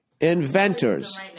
Inventors